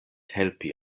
helpi